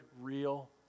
real